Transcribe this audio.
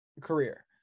career